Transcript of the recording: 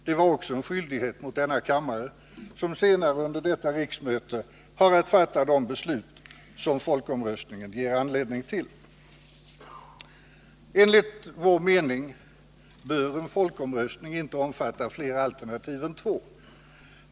Det var en skyldighet också mot denna kammare, som senare under detta riksmöte har att fatta de beslut som folkomröstningen ger anledning till. Enligt vår mening bör en folkomröstning inte omfatta flera alternativ än två.